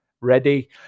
ready